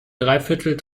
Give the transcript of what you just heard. dreiviertel